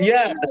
Yes